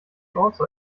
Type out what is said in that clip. also